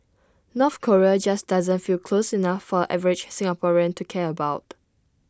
North Korea just doesn't feel close enough for the average Singaporean to care about